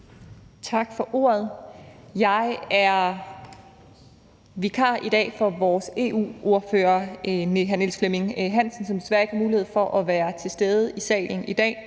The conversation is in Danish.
Tak for ordet. Jeg er vikar i dag for vores EU-ordfører, hr. Niels Flemming Hansen, som desværre ikke har mulighed for at være til stede i salen i dag.